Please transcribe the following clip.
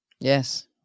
Yes